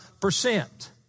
percent